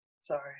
Sorry